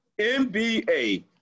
NBA